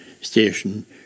station